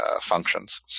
functions